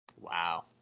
Wow